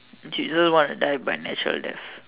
want to die by natural death